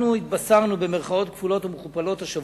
אנחנו התבשרנו השבוע